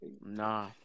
Nah